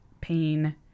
pain